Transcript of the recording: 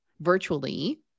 virtually